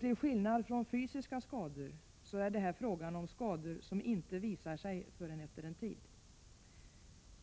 Till skillnad från fysiska skador är det här fråga om skador som inte visar sig förrän efter en tid.